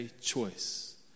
choice